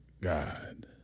God